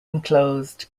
enclosed